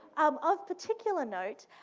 um of particular note,